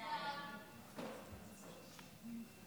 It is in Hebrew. סעיף 1